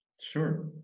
Sure